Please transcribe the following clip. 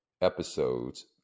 episodes